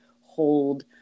hold